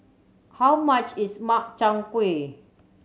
how much is Makchang Gui